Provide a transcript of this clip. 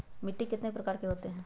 मिट्टी कितने प्रकार के होते हैं?